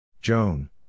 Joan